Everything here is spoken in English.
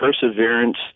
perseverance